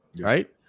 right